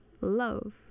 love